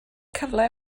cyfle